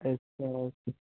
ਅੱਛਾ